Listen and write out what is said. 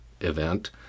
event